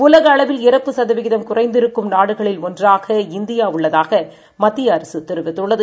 உலகஅளவில்இறப்புசதவீதம்குறைந்திருக்கும்நாடுகளி ல்ஒன்றாகஇந்தியாஉள்ளதாகமத்தியஅரசுதெரிவித்திருக் கிறது